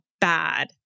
bad